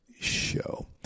show